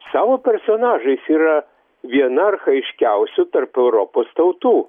savo personažais yra viena archajiškiausių tarp europos tautų